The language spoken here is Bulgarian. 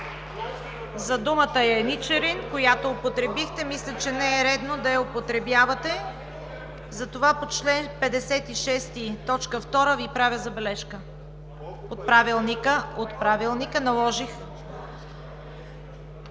за думата „еничари“, която употребихте. Мисля, че не е редно да я употребявате. Затова по чл. 156, т. 2 Ви правя забележка. От Правилника наложих…